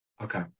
Okay